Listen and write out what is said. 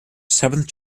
seventh